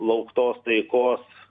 lauktos taikos